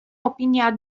opinia